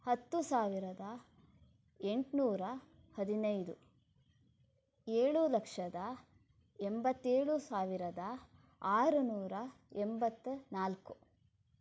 ಹತ್ತು ಸಾವಿರದ ಎಂಟು ನೂರ ಹದಿನೈದು ಏಳು ಲಕ್ಷದ ಎಂಬತ್ತೇಳು ಸಾವಿರದ ಆರು ನೂರ ಎಂಬತ್ತ ನಾಲ್ಕು